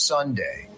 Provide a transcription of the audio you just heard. Sunday